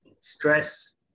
stress